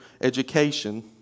education